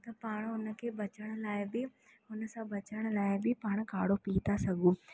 त पाण उन खे बचण लाइ बि उन सां बचण लाइ बि पाण काढ़ो पी था सघूं